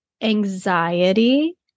anxiety